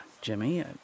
Jimmy